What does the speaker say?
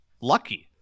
lucky